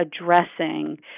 addressing